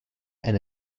and